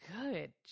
good